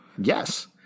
Yes